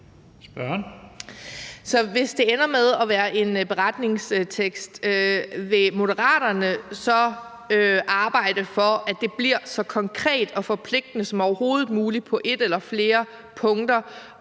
hvis det ender med at være en beretningstekst, vil Moderaterne så arbejde for, at det bliver så konkret og forpligtende som overhovedet muligt på et eller flere punkter,